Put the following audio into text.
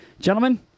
gentlemen